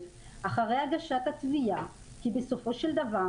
אחרי הגשת התביעה כי בסופו של דבר,